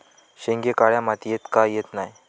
शेंगे काळ्या मातीयेत का येत नाय?